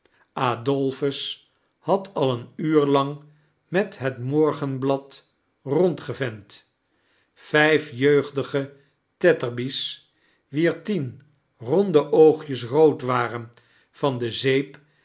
waren adolphus had al een uur lang met het morgenblad rondgevenk vqf jeugdige tetterby's wier tian ronde oogjes rood waren van de zeep